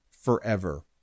forever